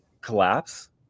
collapse